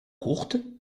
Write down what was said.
courtes